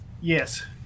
Yes